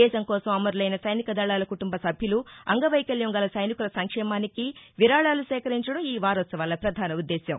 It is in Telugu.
దేశం కోసం అమరులైన సైనిక దళాల కుటుంబ సభ్యులు అంగవైకల్యం గల సైనికుల సంక్షేమానికి విరాళాలు సేకరించడం ఈ వారోత్సవాల పధాన ఉద్దేశ్యం